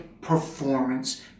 performance